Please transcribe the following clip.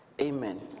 amen